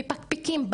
יפעת חסון אח"מ,